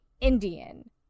Indian